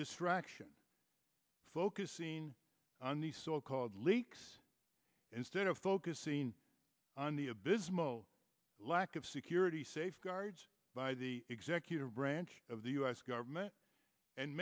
distraction focusing on these so called leaks instead of focusing on the abysmal lack of security safeguards by the executive branch of the us government and